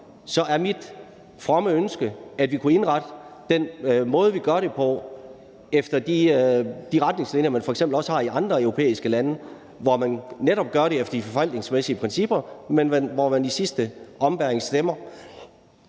så er mit fromme ønske, at vi kunne indrette den måde, vi gør det på, efter de retningslinjer, man f.eks. også har i andre europæiske lande, hvor man netop gør det efter forvaltningsmæssige principper, men hvor man i sidste ombæring stemmer